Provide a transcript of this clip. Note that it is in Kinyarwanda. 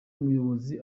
muyobozi